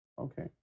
Okay